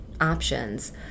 options